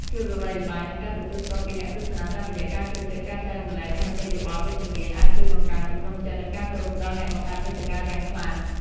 ភាពល្បីល្បាញ និងការទទួលស្គាល់ពីអ្នកទស្សនា តាមរយៈការចូលចិត្ត ការចែករំលែក និងមតិយោបល់វិជ្ជមាន អាចជួយបង្កើនទំនុកចិត្ត និងការគោរពដល់អ្នកបង្កើតមាតិកាយ៉ាងខ្លាំង។